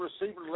receiver